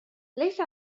ليس